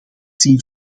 zien